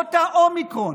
למרות האומיקרון,